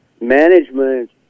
Management